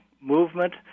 movement